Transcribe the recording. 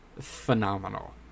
phenomenal